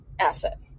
asset